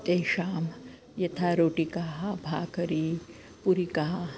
तेषां यथा रोटिकाः भाखरी पूरिकाः